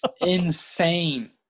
Insane